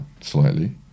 slightly